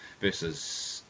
versus